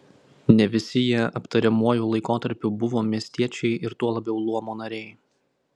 ne visi jie aptariamuoju laikotarpiu buvo miestiečiai ir tuo labiau luomo nariai